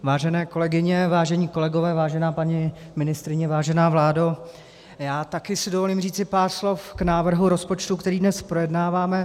Vážené kolegyně, vážení kolegové, vážená paní ministryně, vážená vládo, já si taky dovolím říci pár slov k návrhu rozpočtu, který dnes projednáváme.